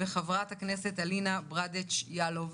חברת הכנסת אלינה ברדץ' יאלוב.